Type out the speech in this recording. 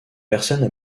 personnes